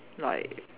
like